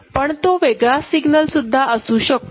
पण तो वेगळा सिग्नल सुद्धा असू शकतो